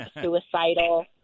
suicidal